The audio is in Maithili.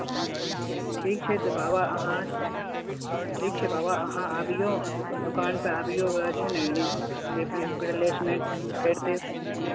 से ठीक ठीक छै तऽ बाबा अहाँ ठीक छै बाबा अहाँ आबियो दो दोकानपर आबियौ वएह छै ने रिप्लेसमेन्ट करि देब